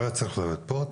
הוא היה צריך להיות פה,